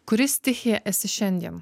kuri stichija esi šiandien